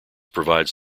provides